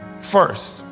first